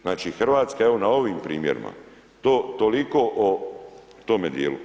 Znači, Hrvatska, evo, na ovim primjerima to toliko o tome dijelu.